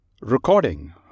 Recording